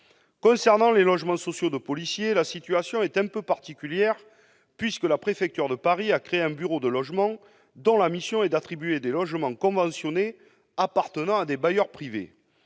Concernant les logements sociaux des policiers, la situation est un peu particulière, puisque la préfecture de Paris a créé un bureau de logement, dont la mission est d'attribuer des logements conventionnés appartenant à des bailleurs privés.